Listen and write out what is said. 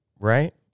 right